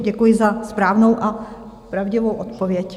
Děkuji za správnou a pravdivou odpověď.